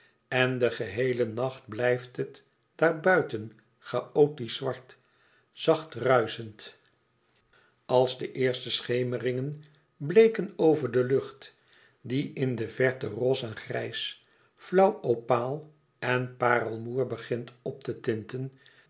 en den geheelen nacht blijft het daar buiten chaotisch zwart zacht ruischend als de eerste schemeringen bleeken over de lucht die in de verte roze en grijs flauw opaal en parelmoêr begint op te tinten